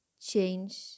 change